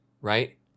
right